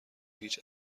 هیچ